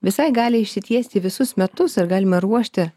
visai gali išsitiesti į visus metus ir galime ruošti